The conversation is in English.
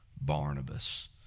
Barnabas